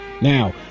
now